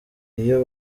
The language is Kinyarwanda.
iyo